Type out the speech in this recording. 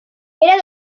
era